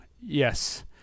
yes